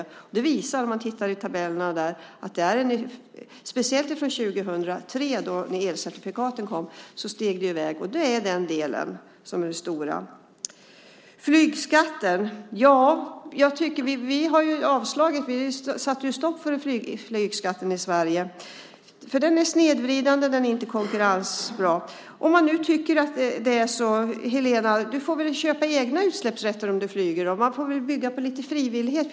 Den visar, vilket man ser om man tittar i tabellerna där, att speciellt från 2003, då elcertifikaten kom, så drog det iväg. Det är den delen som är det stora. Vi satte ju stopp för flygskatten i Sverige, för den är snedvridande, och den är inte bra för konkurrensen. Helena, du får väl köpa egna utsläppsrätter om du flyger! Man får väl bygga på lite frivillighet.